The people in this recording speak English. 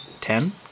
Ten